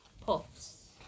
puffs